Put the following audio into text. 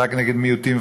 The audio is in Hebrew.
רק נגד מיעוטים,